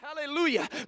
Hallelujah